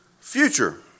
future